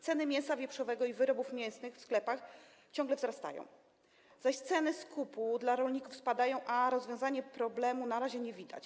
Ceny mięsa wieprzowego i wyrobów mięsnych w sklepach ciągle wzrastają, zaś ceny skupu dla rolników spadają, a rozwiązania problemu na razie nie widać.